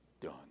done